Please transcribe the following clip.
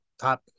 Top